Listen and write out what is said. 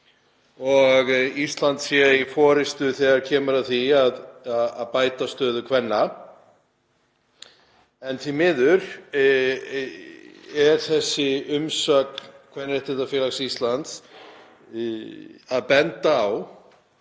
að Ísland sé í forystu þegar kemur að því að bæta stöðu kvenna. En því miður er í þessari umsögn Kvenréttindafélags Íslands bent á